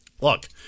Look